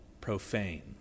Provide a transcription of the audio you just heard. profane